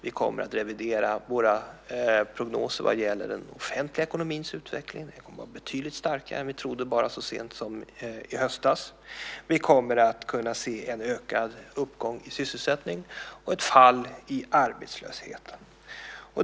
Vi kommer att revidera våra prognoser för den offentliga ekonomins utveckling. Den kommer att vara betydligt starkare än vi trodde bara så sent som i höstas. Vi kommer att kunna se en ökad uppgång i sysselsättning och ett fall i arbetslöshet.